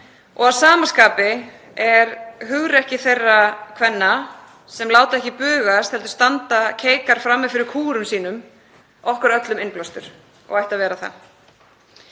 Að sama skapi er hugrekki þeirra kvenna sem láta ekki bugast heldur standa keikar frammi fyrir kúgurum sínum okkur öllum innblástur og ætti að vera það.